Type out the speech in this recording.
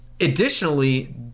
Additionally